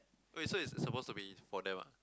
oh so it's supposed to be for them ah